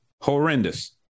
Horrendous